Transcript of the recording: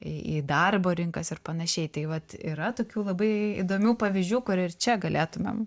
į į darbo rinkas ir panašiai tai vat yra tokių labai įdomių pavyzdžių kur ir čia galėtumėm